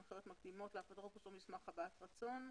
הנחיות מקדימות לאפוטרופוס או מסמך הבעת רצון.